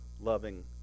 loving